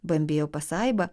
bambėjo pasaiba